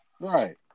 Right